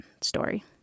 story